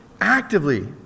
actively